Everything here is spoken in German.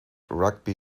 rugby